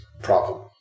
problem